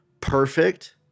perfect